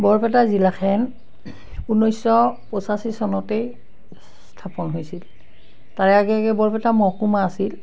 বৰপেটা জিলাখন ঊনৈছশ পঁচাশী চনতেই স্থাপন হৈছিল তাৰে আগে আগে বৰপেটা মহকুমা আছিল